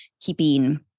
keeping